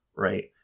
right